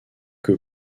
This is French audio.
que